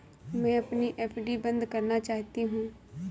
मैं अपनी एफ.डी बंद करना चाहती हूँ